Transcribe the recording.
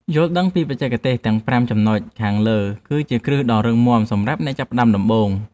យល់ដឹងពីបច្ចេកទេសទាំងប្រាំចំណុចខាងលើគឺជាគ្រឹះដ៏រឹងមាំសម្រាប់អ្នកចាប់ផ្ដើមដំបូង។